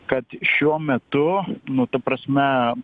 kad šiuo metu nu ta prasme